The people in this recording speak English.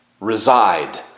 reside